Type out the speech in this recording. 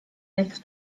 nicht